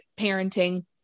parenting